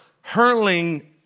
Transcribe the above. hurling